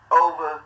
over